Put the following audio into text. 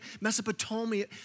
Mesopotamia